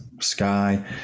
sky